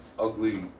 ugly